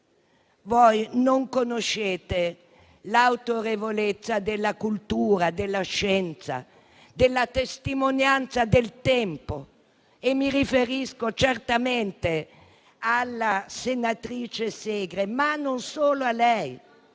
Voi non conoscete l'autorevolezza della cultura, della scienza e della testimonianza del tempo. Mi riferisco certamente alla senatrice Segre, ma non solo a lei,